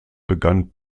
begann